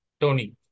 Tony